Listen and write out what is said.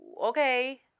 okay